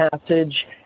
passage